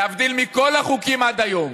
להבדיל מכל החוקים עד היום,